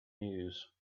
news